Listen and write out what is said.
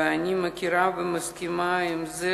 ואני מכירה ומסכימה עם זה,